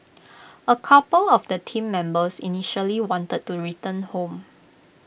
A couple of the Team Members initially wanted to return home